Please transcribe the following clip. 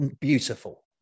beautiful